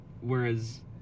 Whereas